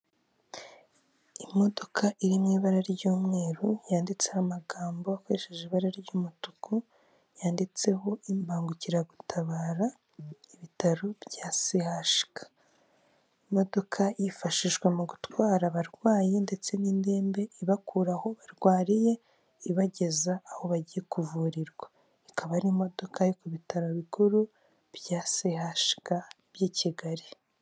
Mu karere ka Muhanga habereyemo irushanwa ry'amagare riba buri mwaka rikabera mu gihugu cy'u Rwanda, babahagaritse ku mpande kugira ngo hataba impanuka ndetse n'abari mu irushanwa babashe gusiganwa nta nkomyi.